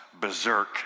berserk